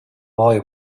boy